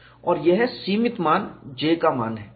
और यह सीमित मान J का मान है